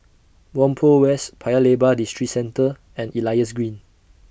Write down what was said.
Whampoa West Paya Lebar Districentre and Elias Green